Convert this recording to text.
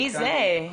מי זה?